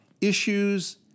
issues